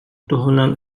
туһунан